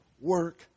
work